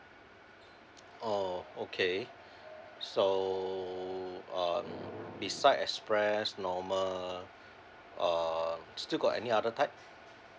oh okay so um beside express normal uh still got any other type